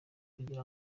kugira